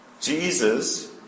Jesus